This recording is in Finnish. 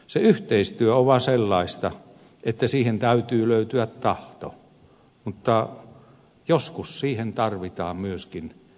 se yhteistyö on vaan sellaista että siihen täytyy löytyä tahto mutta joskus siihen tarvitaan myöskin velvoitetta